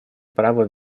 права